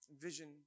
Vision